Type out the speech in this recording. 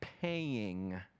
paying